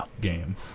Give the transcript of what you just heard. game